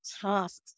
tasks